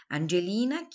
Angelina